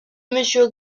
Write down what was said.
monsieur